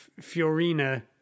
Fiorina